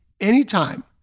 anytime